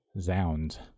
Zounds